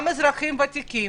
גם מאזרחים ותיקים,